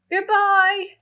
Goodbye